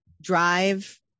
Drive